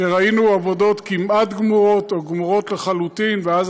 שראינו עבודות כמעט גמורות או גמורות לחלוטין ואז